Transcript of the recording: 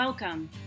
Welcome